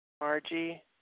Margie